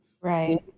Right